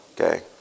Okay